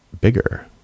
bigger